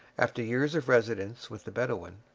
after years of residence with the bedawin,